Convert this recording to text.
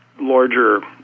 larger